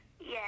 yes